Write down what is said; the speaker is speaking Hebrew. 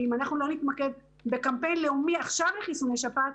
ואם אנחנו לא נתמקד בקמפיין לאומי עכשיו לחיסוני שפעת,